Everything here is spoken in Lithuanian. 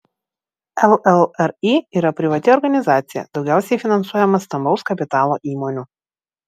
llri yra privati organizacija daugiausiai finansuojama stambaus kapitalo įmonių